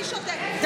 אני שותקת.